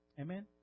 Amen